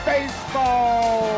Baseball